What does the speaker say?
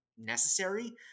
necessary